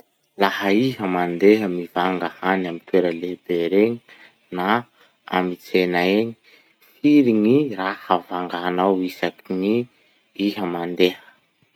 Laha iha mandeha mivanga hany amy toera lehibe regny na amy tsena egny, firy gny raha vanganao isaky ny iha mandeha?